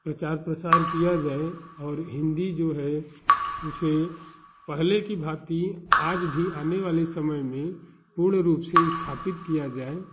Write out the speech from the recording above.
प्रचार प्रसार किया जाए और हिन्दी जो है उसे पहले की भांति आज भी आने वाले समय में पूर्ण रूप से स्थापित किया जाए